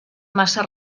massa